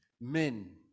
men